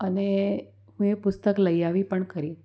અને હું એ પુસ્તક લઈ આવી પણ ખરી